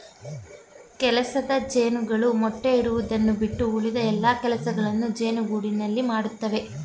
ಕೆಲಸದ ಜೇನುಗಳು ಮೊಟ್ಟೆ ಇಡುವುದನ್ನು ಬಿಟ್ಟು ಉಳಿದ ಎಲ್ಲಾ ಕೆಲಸಗಳನ್ನು ಜೇನುಗೂಡಿನಲ್ಲಿ ಮಾಡತ್ತವೆ